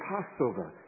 Passover